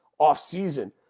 offseason